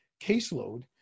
caseload